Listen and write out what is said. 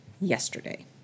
yesterday